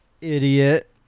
Idiot